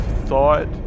thought